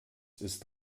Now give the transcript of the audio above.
ist